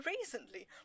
recently